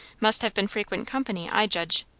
must have been frequent company, i judge.